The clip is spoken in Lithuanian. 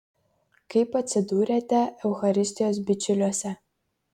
kaip atsidūrėte eucharistijos bičiuliuose